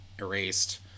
erased